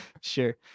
Sure